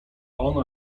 ona